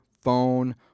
phone